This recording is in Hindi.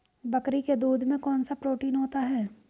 बकरी के दूध में कौनसा प्रोटीन होता है?